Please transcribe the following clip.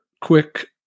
quick